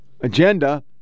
agenda